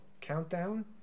countdown